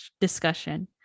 discussion